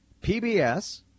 PBS